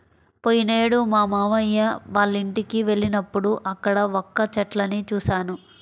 పోయినేడు మా మావయ్య వాళ్ళింటికి వెళ్ళినప్పుడు అక్కడ వక్క చెట్లను చూశాను